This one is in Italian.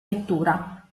lettura